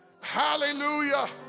Hallelujah